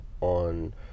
on